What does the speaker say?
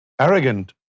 arrogant